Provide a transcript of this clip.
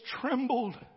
trembled